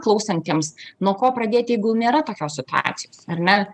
klausantiems nuo ko pradėti jeigu nėra tokios situacijos ar ne